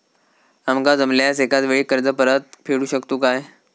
आमका जमल्यास एकाच वेळी कर्ज परत फेडू शकतू काय?